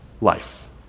life